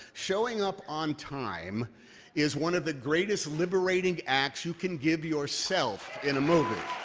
showing up on time is one of the greatest liberating acts you can give yourself in a movie.